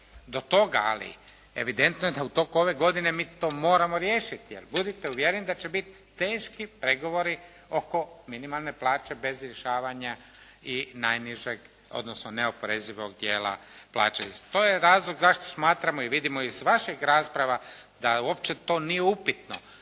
do toga, ali evidentno je da u toku ove godine mi to moramo riješiti. Jer budite uvjereni da će biti teški pregovori oko minimalne plaće bez rješavanja i najnižeg, odnosno neoporezivog dijela plaće. I to je razlog zašto smatramo i vidimo iz vaših rasprava da uopće to nije upitno,